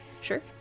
Sure